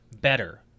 better